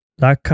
La